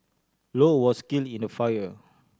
low was killed in the fire